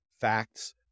facts